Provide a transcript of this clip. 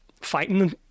fighting